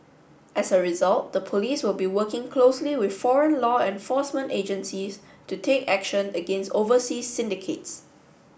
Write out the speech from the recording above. as a result the police will be working closely with foreign law enforcement agencies to take action against overseas syndicates